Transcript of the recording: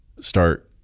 start